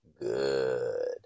good